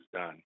done